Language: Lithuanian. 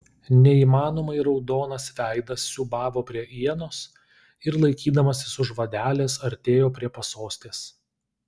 neįmanomai raudonas veidas siūbavo prie ienos ir laikydamasis už vadelės artėjo prie pasostės